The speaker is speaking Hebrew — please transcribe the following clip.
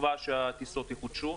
בתקווה שהטיסות יחודשו.